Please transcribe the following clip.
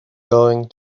going